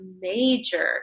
major